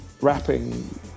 rapping